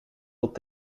tot